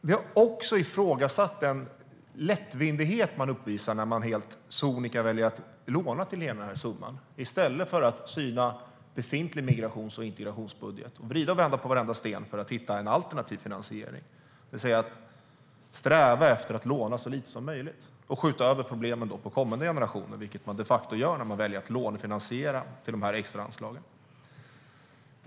Vi har också ifrågasatt den lättvindighet man uppvisar när man helt sonika väljer att låna till hela summan i stället för att syna den befintliga migrations och integrationsbudgeten och vrida och vända på varenda sten för att hitta en alternativ finansiering, det vill säga att sträva efter att låna så lite som möjligt och inte skjuta över problemen på kommande generationer, vilket man de facto gör när man väljer att lånefinansiera de extra anslagen.